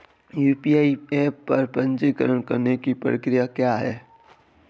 UPI app पर पंजीकरण करने की प्रक्रिया क्या है?